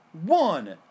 One